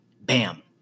Bam